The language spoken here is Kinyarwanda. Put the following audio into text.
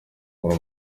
uri